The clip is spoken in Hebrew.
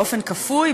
באופן כפוי,